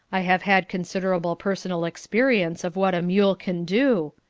i have had considerable personal experience of what a mule can do,